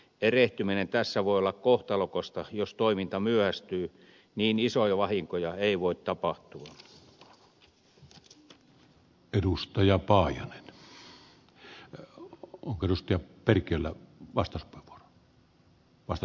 erehtyminen tässä voi olla kohtalokasta jos toiminta myöhästyy niin isoja vahinkoja ei voi tapahtua